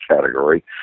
category